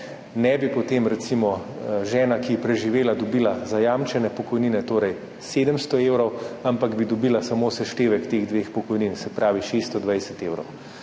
ne bi potem recimo žena, ki je preživela, dobila zajamčene pokojnine, torej 700 evrov, ampak bi dobila samo seštevek teh dveh pokojnin, se pravi 620 evrov.